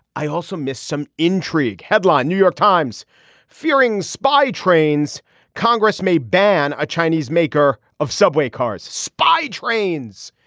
i also missed some intrigue headline new york times fearing spy trains congress may ban a chinese maker of subway cars spy trains.